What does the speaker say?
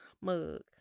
mug